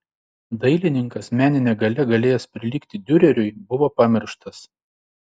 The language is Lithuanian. dailininkas menine galia galėjęs prilygti diureriui buvo pamirštas